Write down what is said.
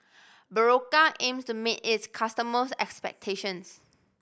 Berocca aims to meet its customers' expectations